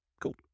Cool